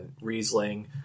Riesling